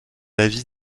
avis